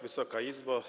Wysoka Izbo!